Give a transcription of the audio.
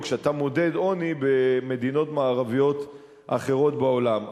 או כשאתה מודד עוני במדינות מערביות אחרות בעולם.